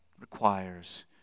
requires